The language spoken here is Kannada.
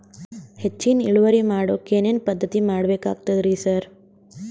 ಹೆಚ್ಚಿನ್ ಇಳುವರಿ ಮಾಡೋಕ್ ಏನ್ ಏನ್ ಪದ್ಧತಿ ಮಾಡಬೇಕಾಗ್ತದ್ರಿ ಸರ್?